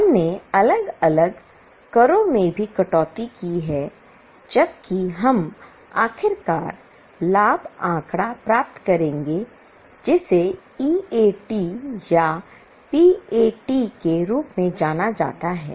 हमने अलग अलग करों में भी कटौती की है जबकि हम आखिरकार लाभ आंकड़ा प्राप्त करेंगे जिसे EAT या PAT के रूप में जाना जाता है